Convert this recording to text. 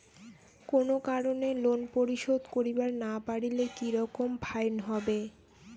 কোনো কারণে লোন পরিশোধ করিবার না পারিলে কি রকম ফাইন হবে?